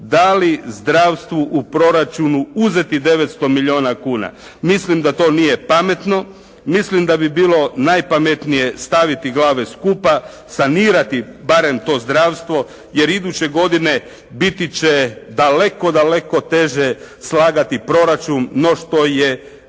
da li zdravstvu u proračunu uzeti 900 milijuna kuna. Mislim da to nije pametno. Mislim da bi bilo najpametnije staviti glave skupa, sanirati barem to zdravstvo, jer iduće godine biti će daleko, daleko teže slagati proračun no što je bilo